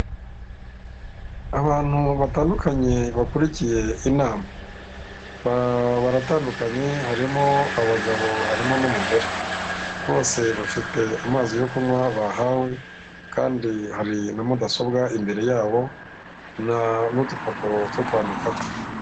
Abantu batandukanye bakurikiye inama. Baratandukanye harimo abagabo harimo n'umugore, bose bafite amazi yo kunywa bahawe kandi hari na mudasobwa imbere yabo, n'udupapuro two kwandikaho.